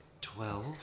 Twelve